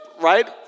right